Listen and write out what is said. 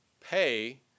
pay